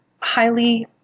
highly